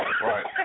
right